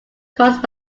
caused